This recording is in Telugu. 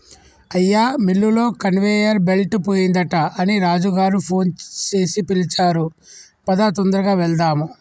అయ్యా మిల్లులో కన్వేయర్ బెల్ట్ పోయిందట అని రాజు గారు ఫోన్ సేసి పిలిచారు పదా తొందరగా వెళ్దాము